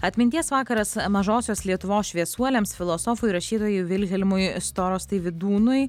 atminties vakaras mažosios lietuvos šviesuoliams filosofui rašytojui vilhelmui storostai vydūnui